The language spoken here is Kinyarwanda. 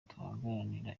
duharanira